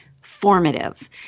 formative